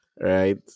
right